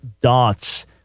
dots